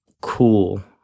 cool